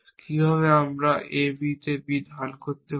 কীভাবে আমরা AB তে B ধারণ করতে পারি